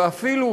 ואפילו,